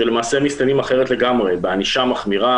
שלמעשה מסתיימים אחרת לגמרי: בענישה מחמירה,